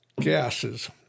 gases